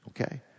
okay